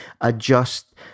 adjust